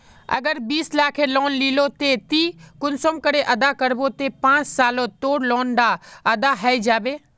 अगर बीस लाखेर लोन लिलो ते ती कुंसम करे अदा करबो ते पाँच सालोत तोर लोन डा अदा है जाबे?